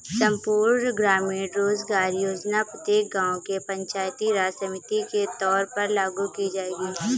संपूर्ण ग्रामीण रोजगार योजना प्रत्येक गांव के पंचायती राज समिति के तौर पर लागू की जाएगी